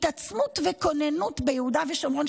התעצמות וכוננות ביהודה ושומרון,